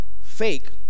fake